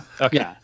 Okay